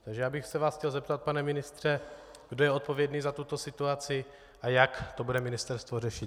Takže já bych se vás chtěl zeptat, pane ministře, kdo je odpovědný za tuto situaci a jak to bude ministerstvo řešit.